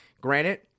Granted